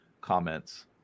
comments